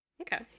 Okay